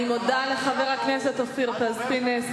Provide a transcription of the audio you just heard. אתמול בבוקר, אני מודה לחבר הכנסת אופיר פז-פינס.